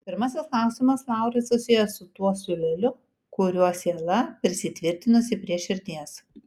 pirmasis klausimas laurai susijęs su tuo siūleliu kuriuo siela prisitvirtinusi prie širdies